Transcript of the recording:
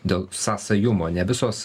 dėl sąsajumo ne visos